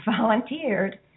volunteered